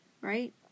Right